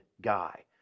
guy